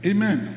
Amen